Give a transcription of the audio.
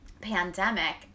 pandemic